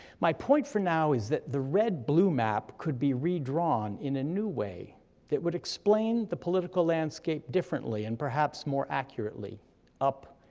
my point for now is that the red-blue map could be redrawn in a new way that would explain the political landscape differently, and perhaps more accurately up-down.